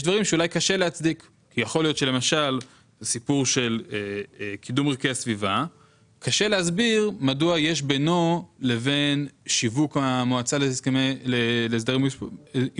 כדי לשמר יחס זכייה ספציפי הם נאלצים עם הזמן לחתוך